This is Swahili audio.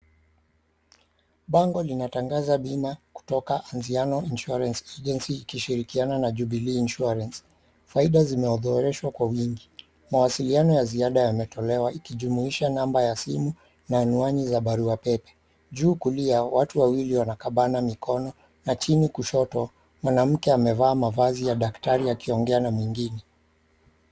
Bango linatangaza bima kutoka ANZIANO INSURANCE AGENCY ikishirikiana na Jubilee Insurance. Faida zimeodhoreshwa kwa wingi. Mawasiliano ya ziada yametolewa ikijumuisha namba ya simu na anwani za barua pepe. Juu kulia watu wawili wanakabana mikono na chini kushoto mwanamke amevaa mavazi ya daktari akiongea na mwingine.